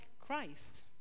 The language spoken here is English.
Christ